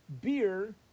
beer